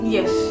Yes